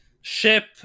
ship